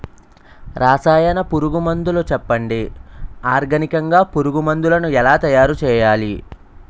రసాయన పురుగు మందులు చెప్పండి? ఆర్గనికంగ పురుగు మందులను ఎలా తయారు చేయాలి?